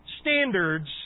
standards